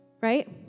right